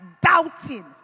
doubting